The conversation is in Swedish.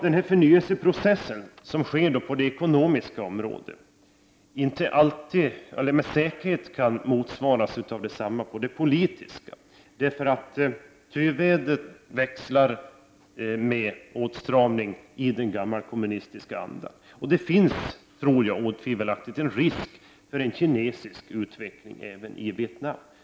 Den förnyelseprocess som pågår på det ekonomiska området motsvaras inte med säkerhet av en förnyelseprocess på det politiska området — töväder växlar med åtstramning i den gammalkommunistiska andan. Det finns, tror jag, otvivelaktigt en risk för en kinesisk utveckling även i Vietnam.